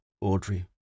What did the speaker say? Audrey